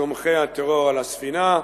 תומכי הטרור על הספינה.